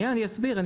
אני אסביר.